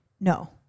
No